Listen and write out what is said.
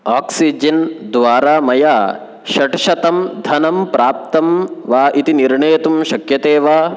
oxygen द्वारा मया षट्शतं धनं प्राप्तं वा इति निर्णेतुं शक्यते वा